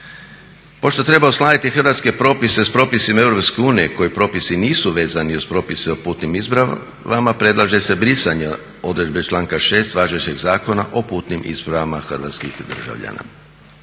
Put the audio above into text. Pošto treba uskladiti hrvatske propise sa propisima EU koji propisi nisu vezani uz propise o putnim ispravama predlaže se brisanje odredbe članka 6.važećeg Zakona o putnim ispravama hrvatskih državljana.